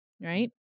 right